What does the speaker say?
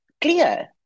clear